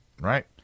Right